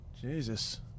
Jesus